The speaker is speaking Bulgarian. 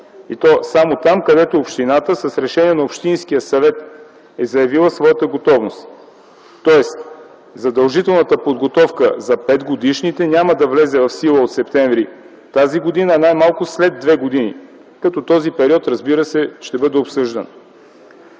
и то само там, където общината с решение на общинския съвет е заявила своята готовност. Тоест задължителната подготовка за 5-годишните деца няма да влезе в сила от м. септември т.г., а най-малко след 2 години, като този период, разбира се, ще бъде обсъждан.